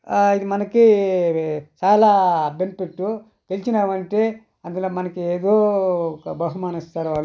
ఇది మనకి చాలా బెనిఫిట్టు గెలిచినావంటే అసలు మనకి ఏదో ఒక బహుమానం ఇస్తారు వాళ్ళు